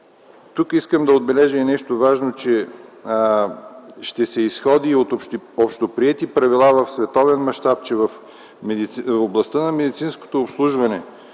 си. Ще отбележа нещо важно. Ще се изходи от общоприети правила в световен мащаб, че в областта на медицинското обслужване